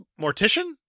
mortician